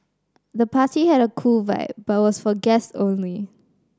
the party had a cool vibe but was for guests only